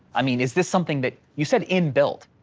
i mean, is this something that, you said in built?